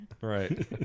Right